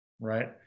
right